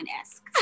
esque